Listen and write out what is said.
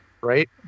Right